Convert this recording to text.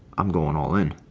i'm going all in.